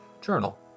journal